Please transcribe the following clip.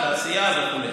תעשייה וכו'.